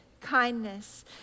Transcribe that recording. kindness